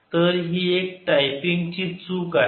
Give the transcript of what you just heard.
तर ही एक टायपिंग ची चूक आहे